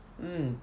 mm